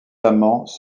amants